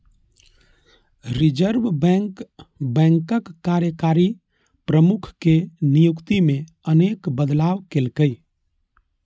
reserve bank बैंकक कार्यकारी प्रमुख के नियुक्ति मे अनेक बदलाव केलकै